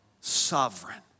sovereign